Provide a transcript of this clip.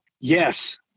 Yes